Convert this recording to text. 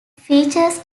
features